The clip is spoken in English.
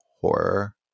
horror